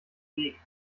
weg